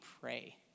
pray